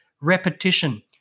Repetition